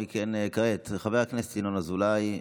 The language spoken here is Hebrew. כעת, חבר הכנסת ינון אזולאי,